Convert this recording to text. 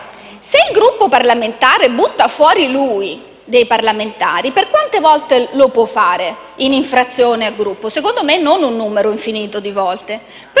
è il Gruppo parlamentare a buttare fuori dei parlamentari, per quante volte lo può fare, in infrazione al regolamento del Gruppo? Secondo me non un numero infinito di volte.